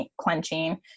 clenching